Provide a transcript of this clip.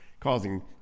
causing